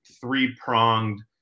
three-pronged